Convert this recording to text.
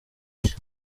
cye